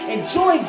Enjoy